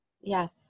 Yes